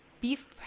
beef